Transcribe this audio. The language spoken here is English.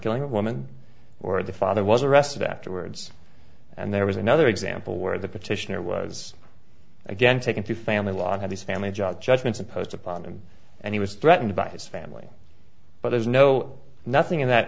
killing a woman or the father was arrested afterwards and there was another example where the petitioner was again taken to family law had his family job judgments imposed upon him and he was threatened by his family but there's no nothing in that